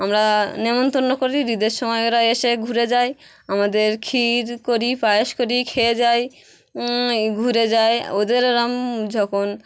আমরা নেমন্তন্ন করি ইদের সময় ওরা এসে ঘুরে যায় আমাদের ক্ষীর করি পায়েস করি খেয়ে যায় ঘুরে যায় ওদের এরম যখন